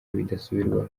bidasubirwaho